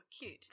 Cute